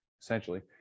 essentially